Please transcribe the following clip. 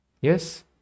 Yes